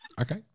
Okay